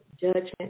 judgment